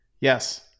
Yes